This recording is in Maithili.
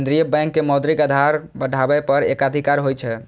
केंद्रीय बैंक के मौद्रिक आधार बढ़ाबै पर एकाधिकार होइ छै